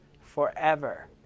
forever